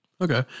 Okay